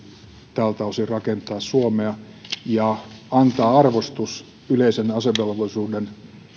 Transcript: tältä osin rakentaa suomea ja antaa arvostuksen yleisen asevelvollisuuden